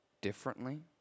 differently